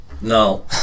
No